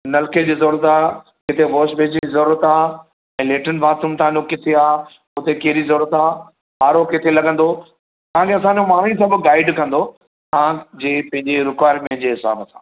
नलके जी ज़रूरत आ किथे वाशबेसिन जी ज़रूरत आ ऐं लेट्रिन बाथरूम तांजो किथे आ उते कैड़ी ज़रूरत आ आरो किथे लॻंदो तांखे असांजो माण्हू ई सॼो गाइड कंदो तां जे पंहिंहे रिक्वायर्मेंट जे हिसाब सां